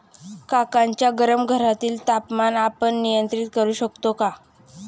काकांच्या गरम घरातील तापमान आपण नियंत्रित करु शकतो का?